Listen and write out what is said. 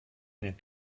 mehr